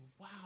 wow